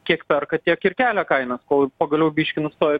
kiek perka tiek ir kelia kainas kol pagaliau biškį nustojo